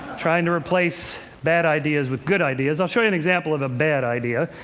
trying to replace bad ideas with good ideas. i'll show you an example of a bad idea.